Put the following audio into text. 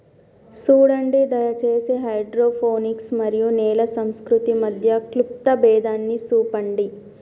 సూడండి దయచేసి హైడ్రోపోనిక్స్ మరియు నేల సంస్కృతి మధ్య క్లుప్త భేదాన్ని సూపండి